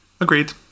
Agreed